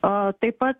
a taip pat